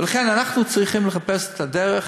לכן אנחנו צריכים לחפש את הדרך.